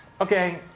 Okay